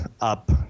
up